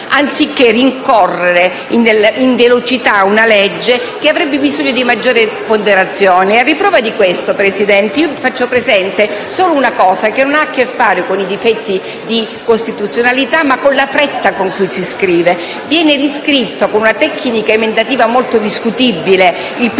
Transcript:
anziché rincorrere in velocità una legge che avrebbe bisogno di maggiore ponderazione. A riprova di questo, signor Presidente, faccio presente solo una cosa, che non ha a che fare con i difetti di costituzionalità, ma con la fretta con cui si scrive. Viene riscritto, con una tecnica emendativa molto discutibile, il primo